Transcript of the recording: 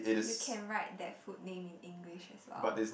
you can write that food name in English as well